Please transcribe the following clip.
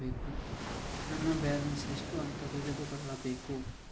ನನ್ನ ಬ್ಯಾಲೆನ್ಸ್ ಎಷ್ಟು ಅಂತ ತಿಳಿದುಕೊಳ್ಳಬೇಕು?